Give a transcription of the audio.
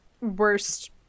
worst